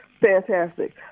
Fantastic